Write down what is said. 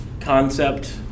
concept